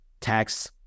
tax